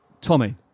Tommy